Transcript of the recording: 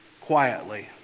quietly